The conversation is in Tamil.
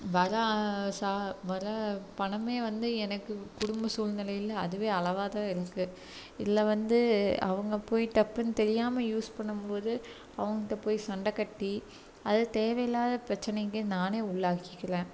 வர சா வர பணமே வந்து எனக்கு குடும்ப சூழ்நிலைல அதுவே அளவா தான் இருக்கு இதுல வந்து அவங்க போய் டப்புன்னு தெரியாம யூஸ் பண்ணும்போது அவங்கிட்ட போய் சண்ட கட்டி அது தேவையில்லாத பிரச்சனைக்கு நானே உள்ளாகிக்கிறேன்